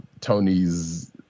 Tony's